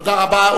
תודה רבה.